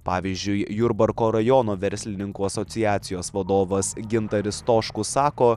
pavyzdžiui jurbarko rajono verslininkų asociacijos vadovas gintaris stoškus sako